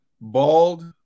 Bald